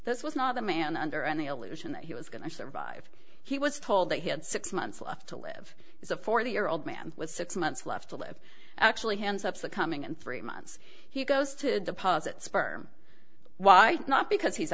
this was not the man under any illusion that he was going to survive he was told that he had six months left to live as a forty year old man with six months left to live actually hands up the coming and three months he goes to deposit sperm why not